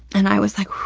and i was like,